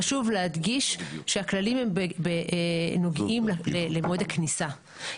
חשוב להדגיש שהכללים נוגעים למועד הכניסה.